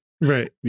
right